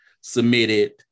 submitted